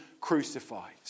crucified